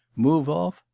move off?